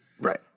Right